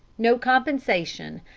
no compensation.